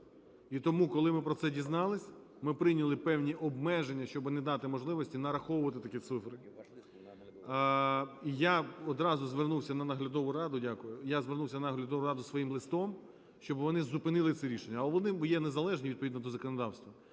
І тому, коли ми про це дізнались, ми прийняли певні обмеження, щоб не дати можливості нараховувати такі цифри. Я одразу звернувся на наглядову раду… Дякую. Я звернувся на наглядову раду своїм листом, щоб вони зупинили це рішення, а вони є незалежні відповідно до законодавства.